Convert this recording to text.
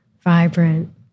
vibrant